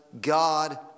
God